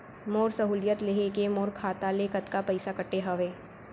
मोर सहुलियत लेहे के मोर खाता ले कतका पइसा कटे हवये?